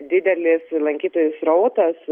didelis lankytojų srautas